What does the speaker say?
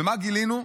ומה גילינו?